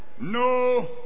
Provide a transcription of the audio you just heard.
no